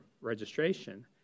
registration